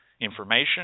information